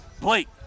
Blake